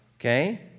okay